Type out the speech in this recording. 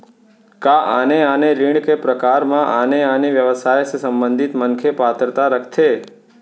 का आने आने ऋण के प्रकार म आने आने व्यवसाय से संबंधित मनखे पात्रता रखथे?